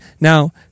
now